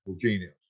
genius